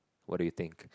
what do you think